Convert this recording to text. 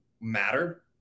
matter